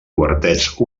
quartets